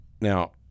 Now